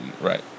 right